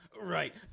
Right